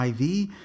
IV